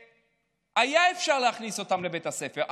שהיה אפשר להכניס אותם לבית הספר,